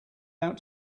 out